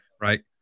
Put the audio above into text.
right